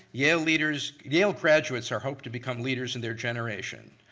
yale leaders, yale graduates are hoped to become leaders in their generation.